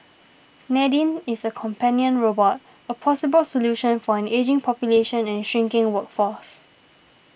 Nadine is a companion robot a possible solution for an ageing population and shrinking workforce